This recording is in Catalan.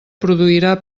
produirà